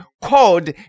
called